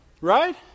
Right